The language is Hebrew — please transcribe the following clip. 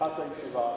בפתיחת הישיבה,